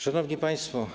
Szanowni Państwo!